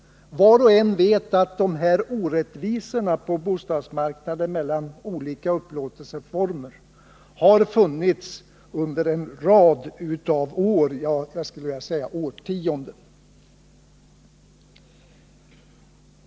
Var och en vet att de här orättvisorna på bostadsmarknaden mellan olika upplåtelseformer har funnits under en rad år, ja, jag skulle vilja säga årtionden.